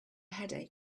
headache